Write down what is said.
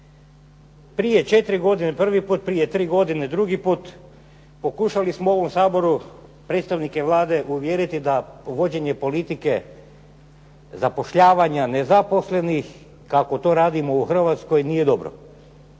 Prije 4 godine prvi put, prije 3 godine drugi put, pokušali smo u ovom Saboru predstavnike Vlade uvjeriti da vođenje politike zapošljavanja nezaposlenih kako to radimo u Hrvatskoj nije dobro.